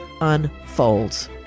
unfolds